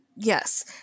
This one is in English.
Yes